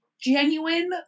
genuine